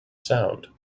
sound